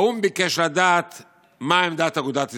האו"ם ביקש לדעת מה עמדת אגודת ישראל.